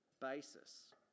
basis